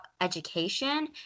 education